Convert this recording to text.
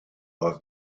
oedd